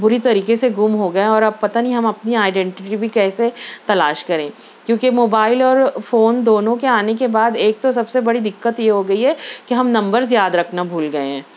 بری طریقےسے گم ہو گئے اور اب پتہ نہیں کہ ہم اپنی ایڈینٹی بھی کیسے تلاش کریں کیوں کہ موبائل اورفون دونوں کے آنے کے بعد ایک تو سب سے بڑی دقت یہ ہوگئی ہے کہ ہم نمبرز یاد رکھنا بھول گیے ہیں